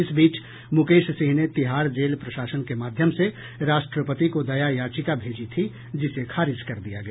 इस बीच मुकेश सिंह ने तिहाड़ जेल प्रशासन के माध्यम से राष्ट्रपति को दया याचिका भेजी थी जिसे खारिज कर दिया गया